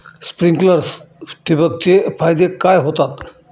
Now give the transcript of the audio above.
Sprinklers ठिबक चे फायदे काय होतात?